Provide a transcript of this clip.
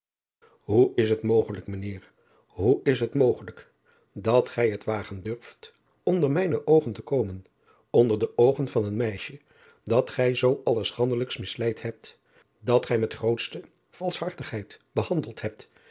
oe is het mogelijk mijn eer hoe is het mogelijk dat gij het wagen durft onder mijne oogen te komen onder de oogen van een meisje dat gij zoo allerschandelijkst misleid hebt dat gij met de grootste valsch driaan oosjes zn et leven van aurits ijnslager hartigheid behandeld hebt